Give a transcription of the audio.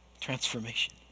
transformation